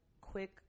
quick